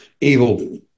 evil